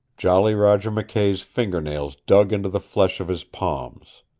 jolly roger mckay's finger-nails dug into the flesh of his palms.